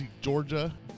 Georgia